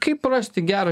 kaip rasti gerą